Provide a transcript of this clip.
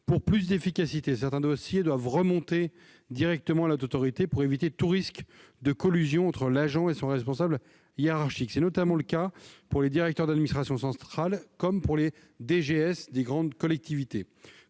Pour plus d'efficacité, certains dossiers doivent remonter directement à la HATVP, pour éviter tout risque de collusion entre l'agent et son responsable hiérarchique. C'est notamment le cas pour les directeurs d'administration centrale et les directeurs généraux des services des grandes collectivités.